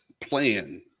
plan